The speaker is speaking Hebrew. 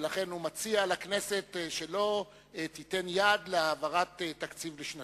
ולכן הוא מציע לכנסת שלא תיתן יד להעברת תקציב לשנתיים.